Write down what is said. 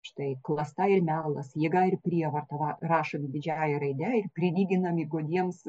štai klasta ir melas jėga ir prievarta ra rašomi didžiąja raide ir prilyginami godiems